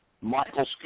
Michael